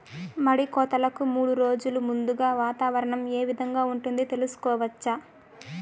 మడి కోతలకు మూడు రోజులు ముందుగా వాతావరణం ఏ విధంగా ఉంటుంది, తెలుసుకోవచ్చా?